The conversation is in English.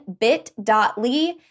bit.ly